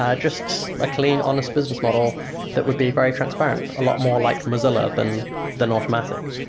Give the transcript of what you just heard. um just a clean, honest business model that would be very transparent, a lot more like mozilla than than automatic.